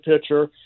pitcher